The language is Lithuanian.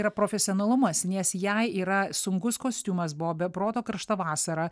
yra profesionalumas nes jai yra sunkus kostiumas buvo be proto karšta vasara